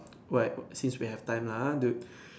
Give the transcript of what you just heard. what since we have time lah !huh! dude